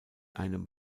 einem